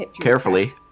carefully